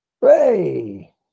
Hey